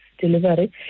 delivery